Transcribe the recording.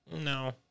no